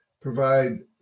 provide